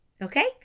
Okay